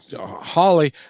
Holly